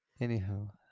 Anyhow